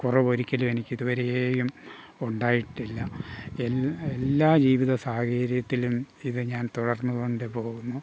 കുറവ് ഒരിക്കലും എനിക്ക് ഇതുവരേയും ഉണ്ടായിട്ടില്ല എൽ എല്ലാ ജീവിത സാഹചര്യത്തിലും ഇത് ഞാൻ തുടർന്ന് കൊണ്ട് പോകുന്നു